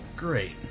great